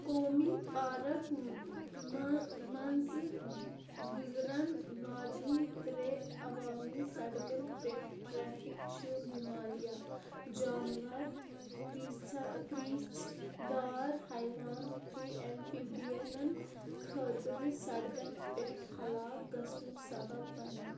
قومی پارک منٛزٕ گُزرَن واجنہِ ترٛےٚ عوامی سڑکَن پٮ۪ٹھ ٹریفِک چھِ مُمالیہ جانوَر کرٛیٖژھا کریٖژھ دار حیوان تہِ ایمفیٖبِیَن خٲطرٕ سڑکَن پٮ۪ٹھ ہلاک گژھُنک سبب بنان